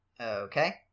Okay